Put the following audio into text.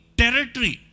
territory